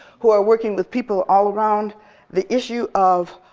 who are working with people all around the issue of